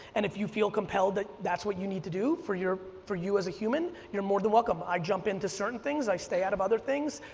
and if you feel compelled that that's what you need to do for your for you as a human, you're more than welcome. i jump into certain things, i stay out of other things,